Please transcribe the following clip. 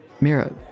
Mira